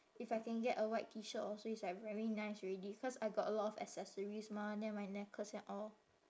if I can get a white T shirt also it's like very nice already cause I got a lot of accessories mah then my necklace and all